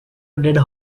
dead